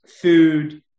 food